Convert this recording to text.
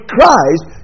Christ